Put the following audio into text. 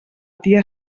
tia